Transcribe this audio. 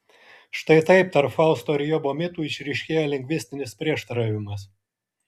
štai taip tarp fausto ir jobo mitų išryškėja lingvistinis prieštaravimas